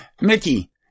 Mickey